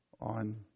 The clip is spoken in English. on